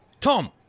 Tom